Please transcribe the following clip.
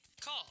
call